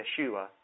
Yeshua